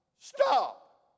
stop